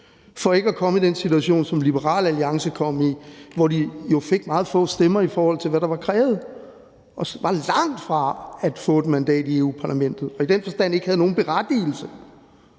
for ikke at komme i den situation, som Liberal Alliance kom i, hvor de jo fik meget få stemmer, i forhold til hvad der var krævet, og var langt fra at få et mandat i Europa-Parlamentet og i den forstand ikke havde nogen berettigelse